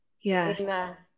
Yes